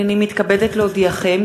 הנני מתכבדת להודיעכם,